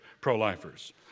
pro-lifers